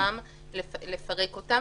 לפרק אותן?